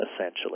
essentially